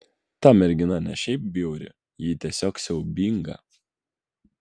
ta mergina ne šiaip bjauri ji tiesiog siaubinga